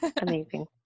amazing